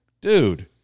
dude